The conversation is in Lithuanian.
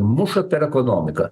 muša per ekonomiką